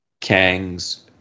Kang's